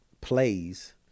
plays